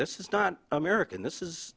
this is not american this is